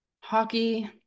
Hockey